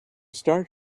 start